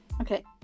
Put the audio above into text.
Okay